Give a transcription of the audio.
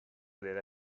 della